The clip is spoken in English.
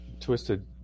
twisted